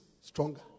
stronger